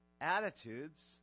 attitudes